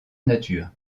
nature